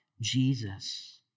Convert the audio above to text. Jesus